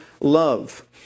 love